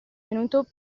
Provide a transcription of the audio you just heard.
venuto